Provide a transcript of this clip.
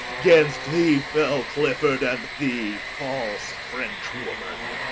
gainst thee fell clifford, and thee false french-woman